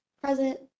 present